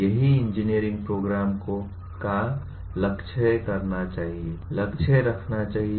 यही engineering programme को लक्ष्य करना चाहिए लक्ष्य रखना चाहिए